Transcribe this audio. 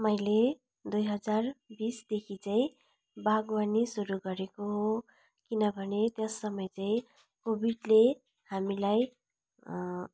मैले दुई हजार बिसदेखि चाहिँ बागवानी सुरु गरेको हो किनभने त्यस समय चाहिँ कोभिडले हामीलाई